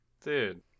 dude